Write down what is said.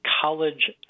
college